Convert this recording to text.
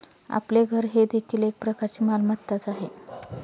आपले घर हे देखील एक प्रकारची मालमत्ताच आहे